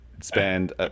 spend